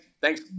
Thanks